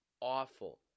awful